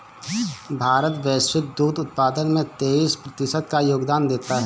भारत वैश्विक दुग्ध उत्पादन में तेईस प्रतिशत का योगदान देता है